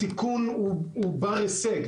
התיקון הוא בר הישג,